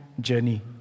journey